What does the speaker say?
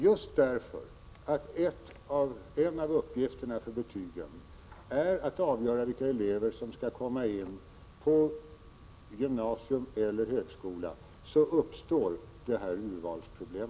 Just därför att en av uppgifterna för betygen är att avgöra vilka elever som skall komma in på gymnasium eller högskola uppstår dessa urvalsproblem.